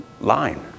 line